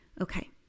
Okay